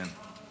כן.